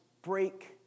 break